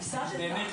לא הפסדתי.